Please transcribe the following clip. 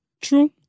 True